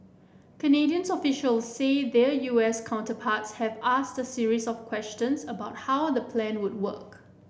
Canadian officials say their U S counterparts have asked a series of questions about how the plan would work